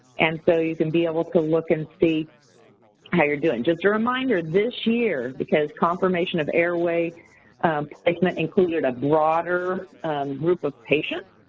and so, you can be able to look and see how you're doing. just a reminder, this year, because confirmation of airway placement included a broader group of patients,